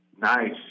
nice